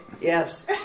Yes